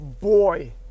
boy